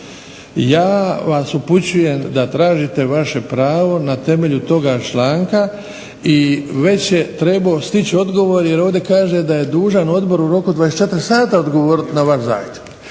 Ja vas upućujem da tražite vaše pravo na temelju toga članka i već je trebao stići odgovor jer ovdje kaže da je dužan Odbor u roku od 24 sata odgovoriti na vaš zahtjev.